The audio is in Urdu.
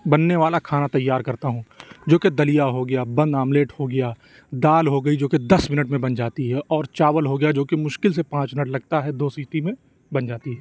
بننے والا کھانا تیار کرتا ہوں جو کہ دلیا ہو گیا بند آملیٹ ہو گیا دال ہو گئی جو کہ دس منٹ میں بن جاتی ہے اور چاول ہو گیا جو کہ مشکل سے پانچ منٹ لگتا ہے دو سیٹی میں بن جاتی ہے